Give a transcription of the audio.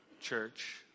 church